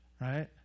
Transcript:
right